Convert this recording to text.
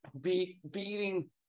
beating